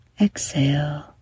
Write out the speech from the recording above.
Exhale